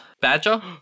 badger